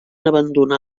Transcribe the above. abandonar